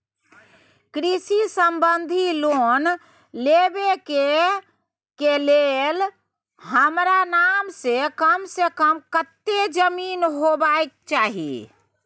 कृषि संबंधी लोन लेबै के के लेल हमरा नाम से कम से कम कत्ते जमीन होबाक चाही?